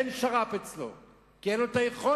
אין שר"פ אצלם כי אין להם היכולת.